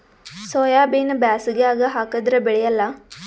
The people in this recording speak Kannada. ಸೋಯಾಬಿನ ಬ್ಯಾಸಗ್ಯಾಗ ಹಾಕದರ ಬೆಳಿಯಲ್ಲಾ?